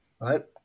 right